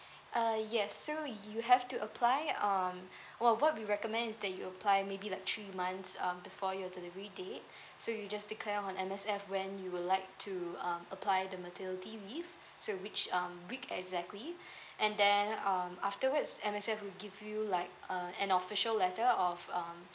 uh yes so you have to apply um w~ what we recommend is that you apply maybe like three months um before your delivery date so you just declare on M_S_F when you would like to uh apply the maternity leave so which um week exactly and then um afterwards M_S_F will give you like uh an official letter of um